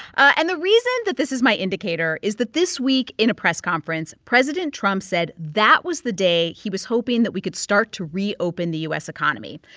and the reason that this is my indicator is that this week in a press conference, president trump said that was the day he was hoping that we could start to reopen the u s. economy,